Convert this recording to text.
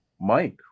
Mike